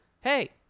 Hey